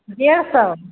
डेढ़ सौ